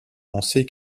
penser